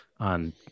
on